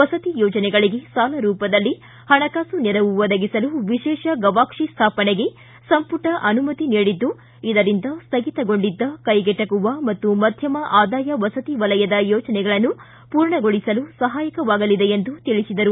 ವಸತಿ ಯೋಜನೆಗಳಿಗೆ ಸಾಲ ರೂಪದಲ್ಲಿ ಹಣಕಾಸು ನೆರವು ಒದಗಿಸಲು ವಿಶೇಷ ಗವಾಕ್ಷಿ ಸ್ಥಾಪನೆಗೆ ಸಂಪುಟ ಅನುಮತಿ ನೀಡಿದ್ದು ಇದರಿಂದ ಸ್ಥಗಿತಗೊಂಡಿದ್ದ ಕೈಗೆಟುವ ಹಾಗೂ ಮಧ್ಯಮ ಆದಾಯ ವಸತಿ ವಲಯದ ಯೋಜನೆಗಳನ್ನು ಪೂರ್ಣಗೊಳಿಸಲು ಸಹಾಯಕವಾಗಲಿದೆ ಎಂದು ತಿಳಿಸಿದರು